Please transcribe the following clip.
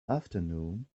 afternoon